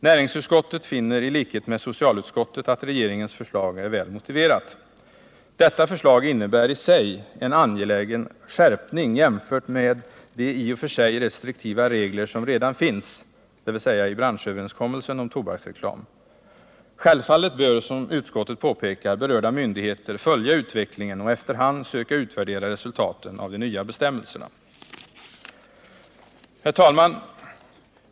Näringsutskottet finner i likhet med socialutskottet att regeringens förslag är väl motiverat. Detta förslag innebär i sig en angelägen skärpning jämfört med de i och för sig restriktiva regler som redan finns, dvs. i branschöverenskommelsen om tobaksreklam. Självfallet bör, som utskottet påpekar, berörda myndigheter följa utvecklingen och efter hand söka utvärdera resultaten av de nya bestämmelserna. Herr talman!